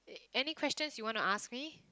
any questions you wanna ask me